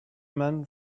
men